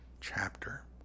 chapter